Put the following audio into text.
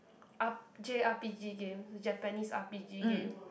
up J_R_P-G game Japanese R_P-G game